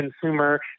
consumer